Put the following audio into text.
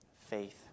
Faith